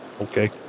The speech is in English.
okay